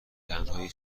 تنهایی